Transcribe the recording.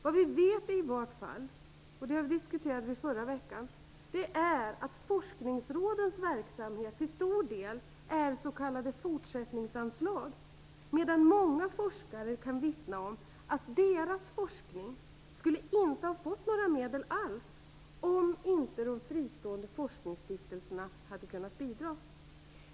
Vad vi vet är, som vi diskuterade förra veckan, att forskningsrådens verksamhet till stor del är så kallade fortsättningsanslag. Många forskare kan vittna om att deras forskning inte skulle ha fått några medel alls om de fristående forskningsstiftelserna inte hade kunnat bidra.